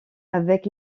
avec